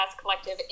Collective